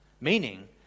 Meaning